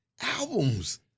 albums